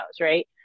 right